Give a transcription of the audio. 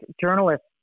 journalists